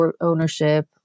ownership